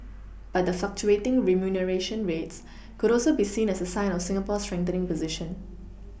but the fluctuating remuneration rates could also be seen as a sign of Singapore's strengthening position